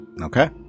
Okay